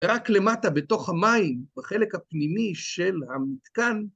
רק למטה בתוך המים בחלק הפנימי של המתקן